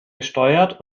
gesteuert